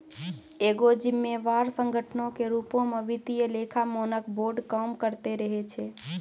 एगो जिम्मेवार संगठनो के रुपो मे वित्तीय लेखा मानक बोर्ड काम करते रहै छै